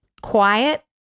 Quiet